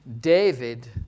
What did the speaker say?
David